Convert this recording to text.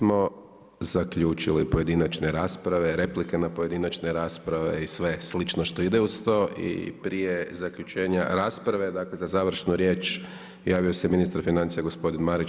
Time smo zaključili pojedinačne rasprave, replike na pojedinačne rasprave i sve slično što ide uz to i prije zaključenja rasprave, dakle za završnu riječ, javio se ministar financija gospodin Marić.